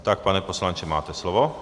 Tak pane poslanče, máte slovo.